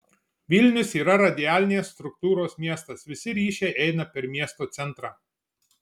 vilnius yra radialinės struktūros miestas visi ryšiai eina per miesto centrą